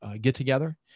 get-together